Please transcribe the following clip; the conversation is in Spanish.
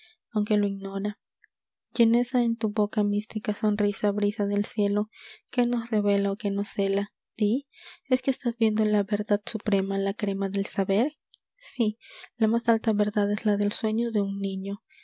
aunque lo ignora y esa en tu boca mística sonrisa brisa del cielo qué nos revela o qué nos cela di es que estás viendo la verdad suprema la crema del saber sí la más alfa verdad es la del sueño de un niño